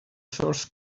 source